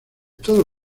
todos